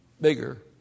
bigger